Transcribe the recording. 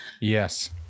Yes